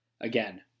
again